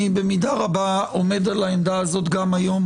אני במידה רבה עומד על העמדה הזאת גם היום,